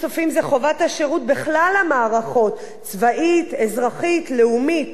בכלל המערכות, צבאית, אזרחית, לאומית.